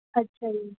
ਅੱਛਾ ਜੀ